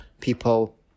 people